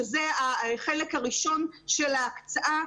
שזה החלק הראשון של ההקצאה.